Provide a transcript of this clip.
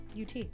UT